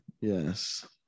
yes